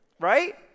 right